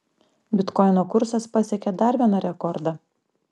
bitkoino kursas pasiekė dar vieną rekordą